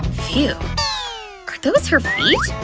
phew. are those her feet?